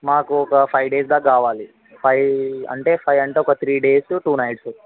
మాకు ఒక five days దాకా కావాలి ఫైవ్ అంటే ఫైవ్ అంటే ఒక త్రీ డేస్ టూ నైట్స్